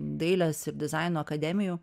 dailės ir dizaino akademijų